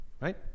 right